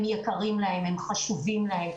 הם יקרים להם, הם חשובים להם.